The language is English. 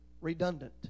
redundant